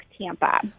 Tampa